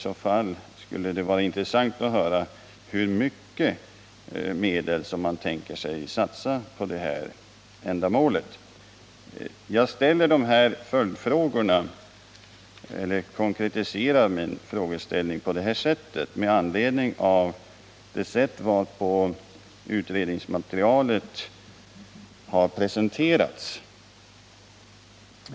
Det skulle vara intressant att få veta hur mycket regeringen i så fall avser att satsa i det här avseendet. Jag konkretiserar min frågeställning på detta sätt med anledning av det sätt på vilket utredningsmaterialet har presenterats.